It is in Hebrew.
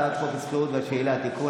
הצעת חוק השכירות והשאילה (תיקון,